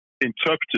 interpreted